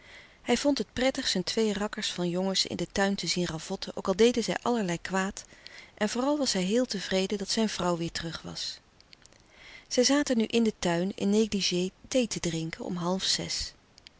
hij vond het pret tig zijn twee rakkers van jongens in den tuin te zien ravotten ook al deden zij allerlei kwaad en vooral was hij heel tevreden dat zijn vrouw weêr terug was zij zaten nu in den tuin in négligé thee te drinken om half zes